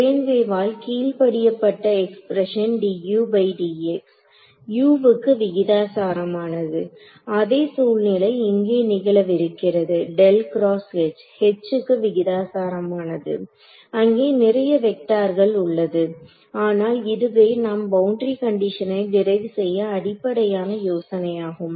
plane வேவால் கீழ்ப்படியபட்ட expression u வுக்கு விகிதாசாரமானதுஅதே சூழ்நிலை இங்கே நிகழவிருக்கிறது H க்கு விகிதாசாரமானது அங்கே நிறைய வெக்டர்கள் உள்ளது ஆனால் இதுவே நாம் பவுண்டரி கண்டிஷனை டிரைவ் செய்ய அடிப்படையான யோசனை ஆகும்